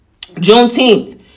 Juneteenth